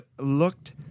looked